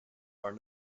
are